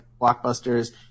blockbusters